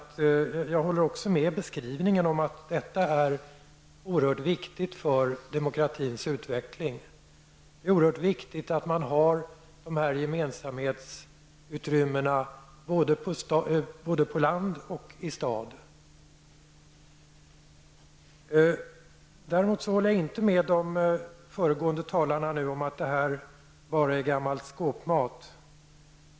Jag håller också med om att det är oerhört viktigt för demokratins utveckling att dessa gemensamhetsutrymmen finns, både på landet och i staden. Däremot håller jag inte med de föregående talarna om att det här bara är gammal skåpmat.